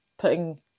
putting